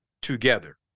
together